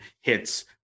hits